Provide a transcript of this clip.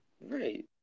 Right